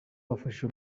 yafashe